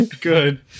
good